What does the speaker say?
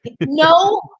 no